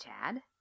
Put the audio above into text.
Chad